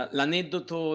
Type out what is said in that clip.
L'aneddoto